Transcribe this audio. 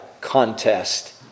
contest